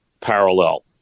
parallel